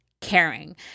caring